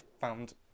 found